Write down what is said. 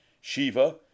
Shiva